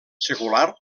secular